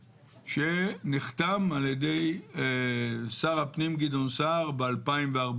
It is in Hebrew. שנחתם על-ידי שר הפנים גדעון סער ב-2014.